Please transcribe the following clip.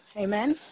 Amen